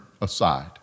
aside